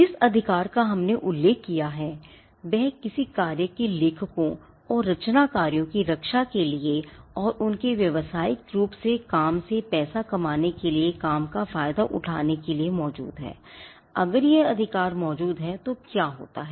जिस अधिकार का हमने उल्लेख किया है वह किसी कार्य के लेखकों और रचनाकारों की रक्षा करने के लिए और उनके व्यावसायिक रूप से काम से पैसा कमाने के लिए काम का फायदा उठाने के लिए मौजूद है अगर यह अधिकार मौजूद है तो क्या होता है